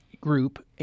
group